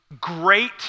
great